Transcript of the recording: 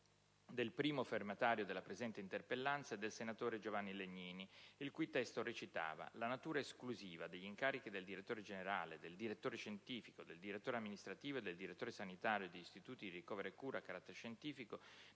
del primo firmatario della presente interpellanza e del senatore Giovanni Legnini, il cui testo recitava: «La natura esclusiva degli incarichi del direttore generale, del direttore scientifico, del direttore amministrativo e del direttore sanitario degli Istituti di ricovero e cura a carattere scientifico